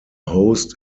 host